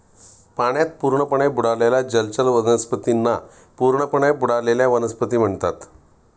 पाण्यात पूर्णपणे बुडालेल्या जलचर वनस्पतींना पूर्णपणे बुडलेल्या वनस्पती म्हणतात